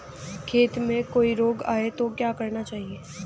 खेत में कोई रोग आये तो क्या करना चाहिए?